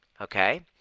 okay